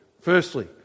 firstly